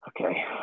Okay